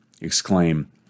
exclaim